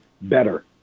better